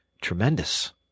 tremendous